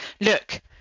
look